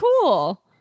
cool